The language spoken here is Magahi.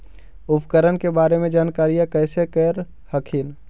उपकरण के बारे जानकारीया कैसे कर हखिन?